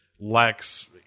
lacks